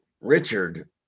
Richard